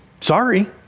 Sorry